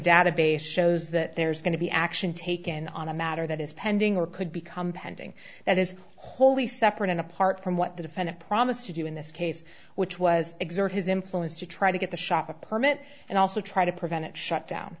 database shows that there's going to be action taken on a matter that is pending or could become pending that is wholly separate and apart from what the defendant promised to do in this case which was exert his influence to try to get the shop a permit and also try to prevent it shutdown